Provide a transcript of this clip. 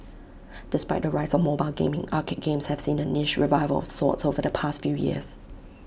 despite the rise of mobile gaming arcade games have seen A niche revival of sorts over the past few years